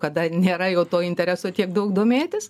kada nėra jau to intereso tiek daug domėtis